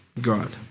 God